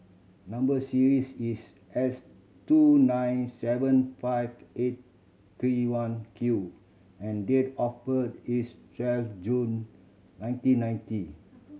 number series is S two nine seven five eight three one Q and date of birth is twelve June nineteen ninety